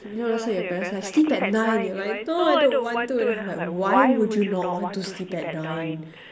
you know last time your parents like sleep at nine you're like no I don't want to I'm like why would you not want to sleep at nine